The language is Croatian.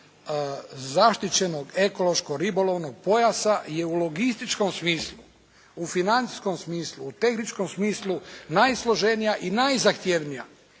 zaštićenog ekološko-ribolovnog pojasa je u logističkom smislu, u financijskom smislu, u tehničkom smislu najsloženija i najzahtjevnija.